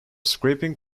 scraping